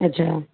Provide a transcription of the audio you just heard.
ଆଚ୍ଛା